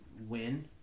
win